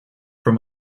from